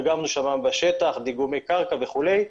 דגמנו בשטח דיגומי קרקע וכולי.